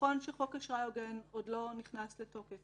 נכון שחוק אשראי הוגן עוד לא נכנס לתוקף,